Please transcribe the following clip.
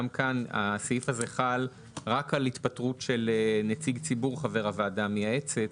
גם כאן הסעיף הזה חל רק על התפטרות של נציג ציבור חבר הוועדה המייעצת.